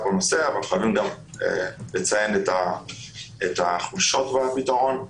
בנושא אבל חייבים גם לציין את החולשות של הפתרון.